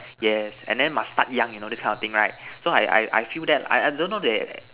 yes and then must start young you know this kind of thing right so I I I feel that I don't know they